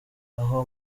aho